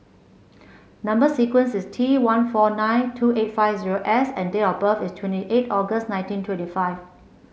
number sequence is T one four nine two eight five zero S and date of birth is twenty eight August nineteen twenty five